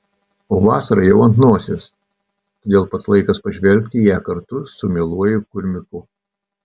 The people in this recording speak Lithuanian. o vasara jau ant nosies todėl pats laikas pažvelgti į ją kartu su mieluoju kurmiuku